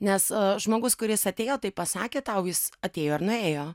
nes žmogus kuris atėjo taip pasakė tau jis atėjo ir nuėjo